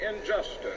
injustice